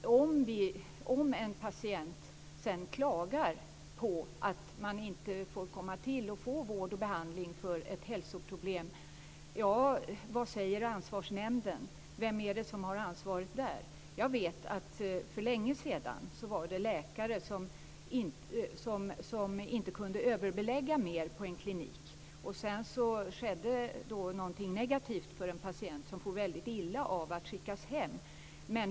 Om patienter sedan klagar på att de inte får vård och behandling för ett hälsoproblem, vad säger då ansvarsnämnden? Vem är det som har ansvaret där? Jag vet att det för länge sedan fanns läkare som inte kunde överbelägga mer på en klinik. Sedan skedde något negativt. Det var en patient som for väldigt illa av att skickas hem.